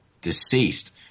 deceased